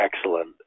excellent